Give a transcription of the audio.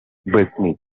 brittany